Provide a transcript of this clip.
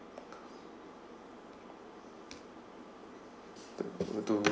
two